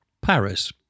Paris